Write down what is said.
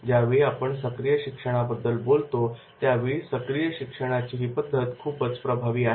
ज्यावेळी आपण सक्रिय शिक्षणाबद्दल बोलतो त्यावेळी सक्रिय शिक्षणाची ही पद्धत खूपच प्रभावी आहे